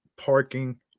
parking